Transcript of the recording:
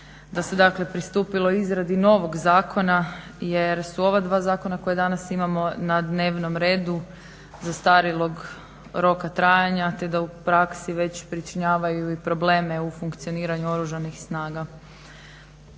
da se dakle pristupilo izradi novog zakona jer su ova dva zakona koja danas imamo na dnevnom redu zastarjelog roka trajanja te da u praksi već pričinjavaju i probleme u funkcioniranju Oružanih snaga.